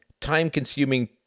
time-consuming